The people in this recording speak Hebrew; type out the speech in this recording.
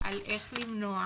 על איך למנוע